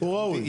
ותקן אותי,